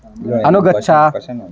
अनुगच्छ